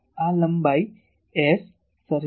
આ લંબાઈ S સરેરાસ છે